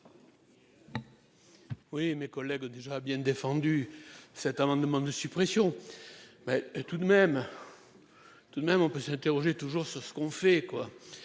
Oui, mes collègues déjà bien défendu cet amendement de suppression. Mais tout de même. Tout de même, on peut s'interroger toujours ce, ce qu'on fait